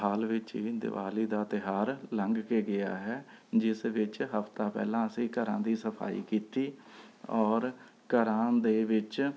ਹਾਲ ਵਿੱਚ ਹੀ ਦੀਵਾਲੀ ਦਾ ਤਿਉਹਾਰ ਲੰਘ ਕੇ ਗਿਆ ਹੈ ਜਿਸ ਵਿੱਚ ਹਫ਼ਤਾ ਪਹਿਲਾਂ ਅਸੀਂ ਘਰਾਂ ਦੀ ਸਫ਼ਾਈ ਕੀਤੀ ਔਰ ਘਰਾਂ ਦੇ ਵਿੱਚ